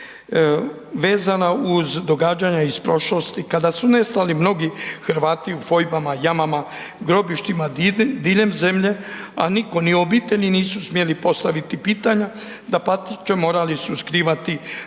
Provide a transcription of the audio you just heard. vezana uz događanja iz prošlosti kada su nestali mnogi Hrvati u fojbama, jamama, grobištima diljem zemlje, a nitko, ni obitelji nisu smjeli postaviti pitanja, dapače morali su skrivati